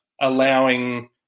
allowing